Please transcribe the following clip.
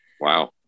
Wow